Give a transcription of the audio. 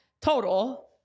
total